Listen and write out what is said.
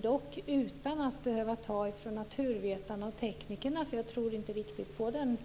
Det bör dock ske utan att man behöver ta från naturvetarna och teknikerna, för jag tror inte riktigt på den